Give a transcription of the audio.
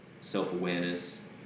self-awareness